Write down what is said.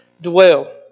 Dwell